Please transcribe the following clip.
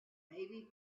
maybe